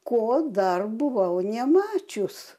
ko dar buvau nemačius